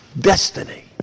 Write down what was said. Destiny